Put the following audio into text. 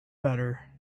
better